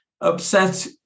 upset